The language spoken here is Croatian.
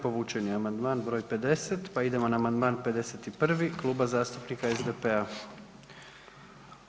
Povučen je amandman br. 50 pa idemo na amandman 51., Kluba zastupnika SDP-a.